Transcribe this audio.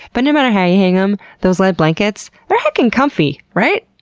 but no matter how you hang em, those lead blankets? they're heckin' comfy, right?